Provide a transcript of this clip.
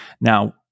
Now